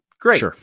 great